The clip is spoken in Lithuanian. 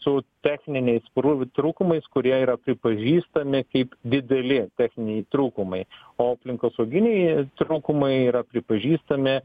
su techniniais krūv trūkumais kurie yra pripažįstami kaip dideli techniniai trūkumai o aplinkosauginiai trūkumai yra pripažįstami